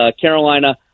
Carolina